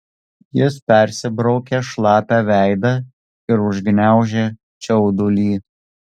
jis persibraukė šlapią veidą ir užgniaužė čiaudulį